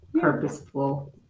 purposeful